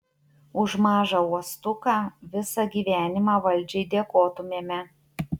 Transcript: už mažą uostuką visą gyvenimą valdžiai dėkotumėme